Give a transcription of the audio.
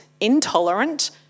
intolerant